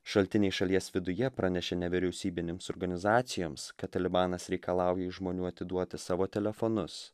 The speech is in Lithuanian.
šaltiniai šalies viduje pranešė nevyriausybinėms organizacijoms kad talibanas reikalauja iš žmonių atiduoti savo telefonus